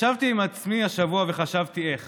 ישבתי עם עצמי השבוע וחשבתי: איך?